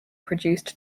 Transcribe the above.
produced